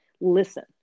listen